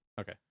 okay